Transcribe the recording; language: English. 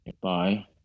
Bye